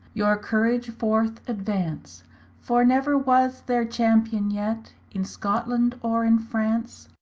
your courage forth advance for never was there champion yett in scotland or in france,